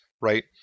right